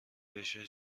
بشه